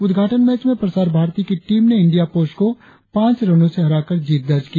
उद्घाटन मैच में प्रसार भारती की टीम ने इंडिया पोस्ट को पांच रनों से हराकर जीत दर्ज की